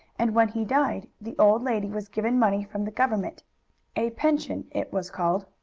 and when he died the old lady was given money from the government a pension, it was called.